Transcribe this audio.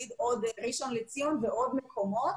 ראשון לציון ואני יכולה להגיד עוד מקומות,